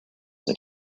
that